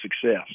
success